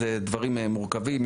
זה דברים מורכבים,